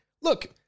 look